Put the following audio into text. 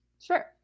Sure